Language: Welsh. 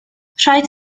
rhaid